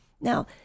Now